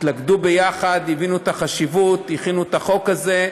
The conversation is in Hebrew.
התלכדו יחד, הבינו את החשיבות, הכינו את החוק הזה,